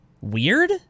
weird